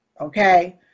Okay